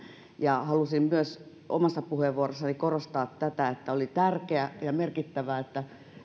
ja kriittinen halusin myös omassa puheenvuorossani korostaa tätä että oli tärkeää ja merkittävää että